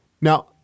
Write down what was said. Now